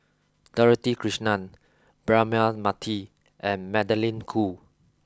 Dorothy Krishnan Braema Mathi and Magdalene Khoo